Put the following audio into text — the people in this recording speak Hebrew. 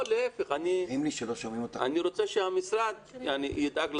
לא, להפך, אני רוצה שהמשרד ידאג לזה.